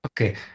Okay